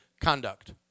conduct